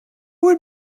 would